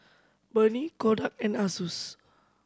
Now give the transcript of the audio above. Burnie Kodak and Asus